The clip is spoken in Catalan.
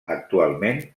actualment